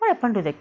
oh ya pantitha~